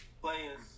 players